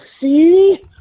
See